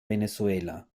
venezuela